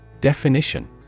Definition